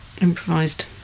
improvised